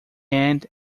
end